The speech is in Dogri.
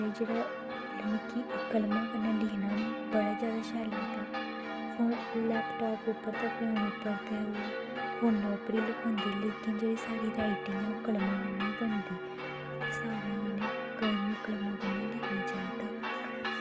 ते जेह्ड़ा मतलव कलमां कन्नै लिखना नी बड़ा जादा सैल लगदा लैपटॉप उप्पर ते फोन उप्पर बी लखोंदे लेकिन जेह्ड़ी साढ़ी राईटिंग ऐ ओह् कलमां कन्नै गै बनदी ते सारें जनें कलमां कन्नै लिखना चाही दा